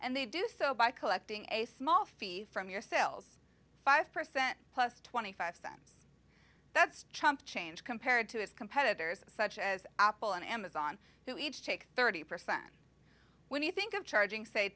and they do so by collecting a small fee from your sales five percent plus twenty five cents that's chump change compared to his competitors such as apple and amazon who each take thirty percent when you think of charging say